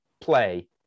play